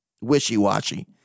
Wishy-washy